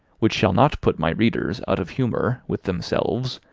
which shall not put my readers out of humour with themselves,